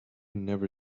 never